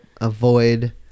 avoid